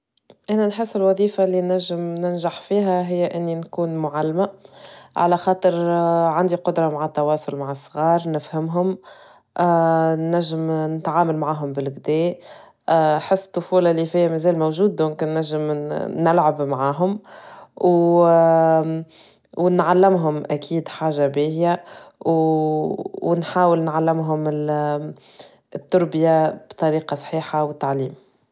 أنا نحس الوظيفة اللي نجم ننجح فيها هي إني نكون معلمة على خاطر عندي قدرة مع التواصل مع الصغار نفهمهم نجم نتعامل معهم بالجديه بحس الطفولة اللي فيها مازال موجود دونك نجم نلعب معاهم ونعلمهم أكيد حاجة باهيا ونحاول نعلمهم التربية بطريقة صحيحة والتعليم.